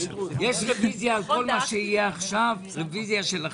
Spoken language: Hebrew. על כל מה שיהיה עכשיו יש רוויזיה שלכם.